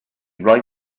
rhaid